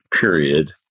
period